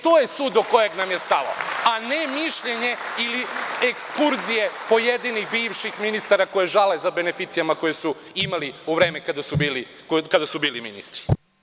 To je sud do kojeg nam je stalo, a ne mišljenje ili ekskurzije pojedinih bivših ministara koji žale za beneficijama koje su imali u vreme kada su bili ministri.